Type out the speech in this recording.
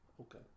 okay